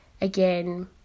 again